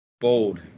Bold